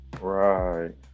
Right